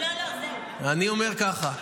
המילואימניקים,